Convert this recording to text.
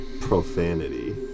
Profanity